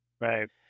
right